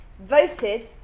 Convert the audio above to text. voted